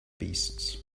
beasts